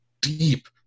deep